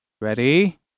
Ready